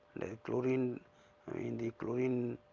chlorine in the chlorine